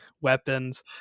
weapons